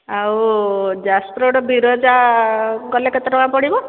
ଆଉ ଯାଜପୁରୁ ବିରଜା ଗଲେ କେତେ ଟଙ୍କା ପଡ଼ିବ